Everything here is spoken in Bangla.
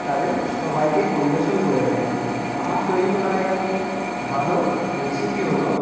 তাদের সবাইকে পরিবেশন করে থাকি আমার তৈরি করা একটি ভালো রেসিপি হলো